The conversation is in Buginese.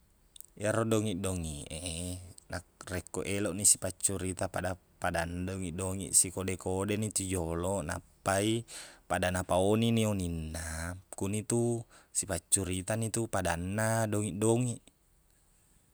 Ero dongiq-dongiq e nak- rekko eloqni sipaccarita padappadan dongiq-dongiq sikode-kode ni tu joloq nappai pada napaonini oninna ukkuni tu sipaccoritani tu padanna dongiq-dongiq